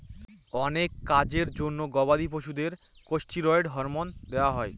অনেক কাজের জন্য গবাদি পশুদের কেষ্টিরৈড হরমোন দেওয়া হয়